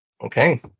Okay